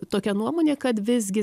tokia nuomonė kad visgi